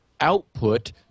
output